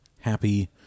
happy